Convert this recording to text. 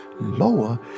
lower